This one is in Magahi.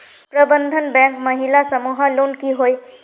प्रबंधन बैंक महिला समूह लोन की होय?